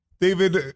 David